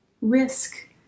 Risk